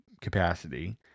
capacity